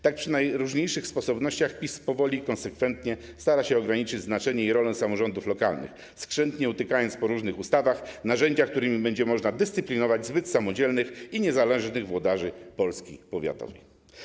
Tak przy najróżniejszych sposobnościach PiS powoli i konsekwentnie stara się ograniczyć znaczenie i rolę samorządów lokalnych, skrzętnie upychając po różnych ustawach narzędzia, którymi będzie można dyscyplinować zbyt samodzielnych i niezależnych włodarzy Polski powiatowej.